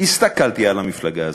הסתכלתי על המפלגה הזו,